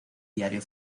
diario